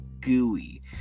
gooey